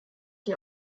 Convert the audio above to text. die